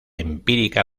empírica